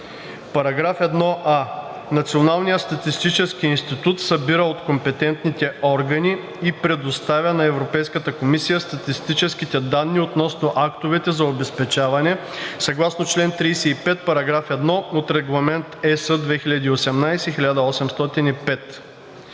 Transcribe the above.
и 1б: „§ 1а. Националният статистически институт събира от компетентните органи и предоставя на Европейската комисия статистическите данни относно актовете за обезпечаване съгласно чл. 35, параграф 1 от Регламент (ЕС) 2018/1805.